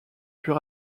plus